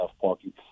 parking